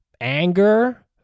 anger